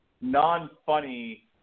non-funny